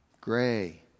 Gray